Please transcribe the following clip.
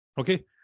okay